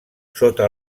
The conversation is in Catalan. sota